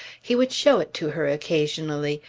he would show it to her occasionally.